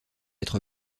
être